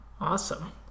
Awesome